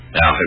Now